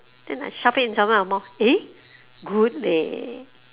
then I shove it inside your mouth eh good leh